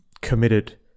committed